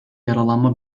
yaralanma